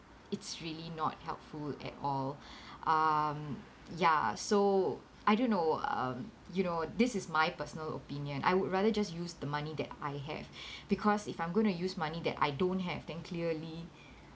it's really not helpful at all um ya so I don't know um you know this is my personal opinion I would rather just use the money that I have because if I'm going to use money that I don't have then clearly